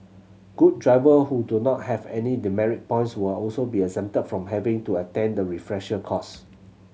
good driver who do not have any demerit points will also be exempted from having to attend the refresher course